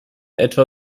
etwa